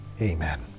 Amen